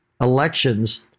elections